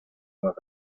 más